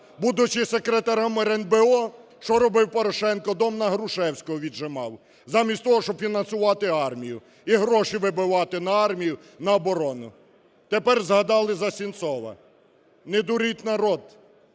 Будучи Секретарем РНБО, що робив Порошенко? Дом на Грушевського віджимав замість того, щоб фінансувати армію і гроші вибивати на армію, на оборону. Тепер згадали за Сенцова. Не дуріть народ,